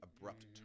abrupt